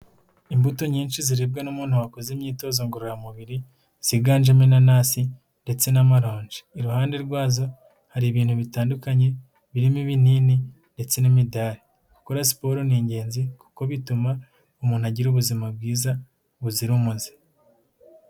Imbuto nyinshi zirebwa n'umuntu wakoze imyitozo ngororamubiri, ziganjemo, inanasi ndetse n'amaronji, iruhande rwazo hari ibintu bitandukanye birimo ibinini ndetse n'imidari, gukora siporo ni ingenzi kuko bituma umuntu agira ubuzima bwiza buzira umuze.